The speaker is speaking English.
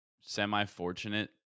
semi-fortunate